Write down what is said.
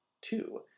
two